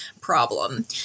problem